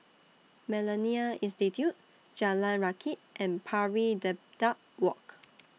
Millennia Institute Jalan Rakit and Pari Dedap Walk